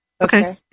Okay